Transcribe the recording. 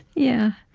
yeah.